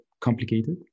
complicated